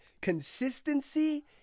Consistency